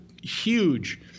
Huge